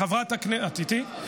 את איתי?